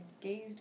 gazed